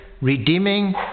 redeeming